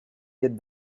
llet